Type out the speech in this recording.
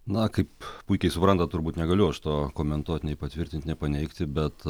na kaip puikiai suprantat turbūt negaliu aš to komentuot nei patvirtint nei paneigti bet